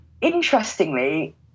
interestingly